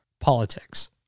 politics